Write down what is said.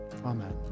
Amen